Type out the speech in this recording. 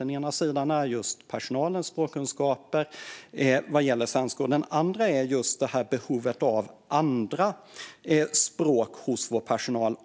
Den ena sidan är personalens språkkunskaper vad gäller svenska, och den andra är just behovet av även andra språk hos personalen